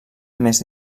més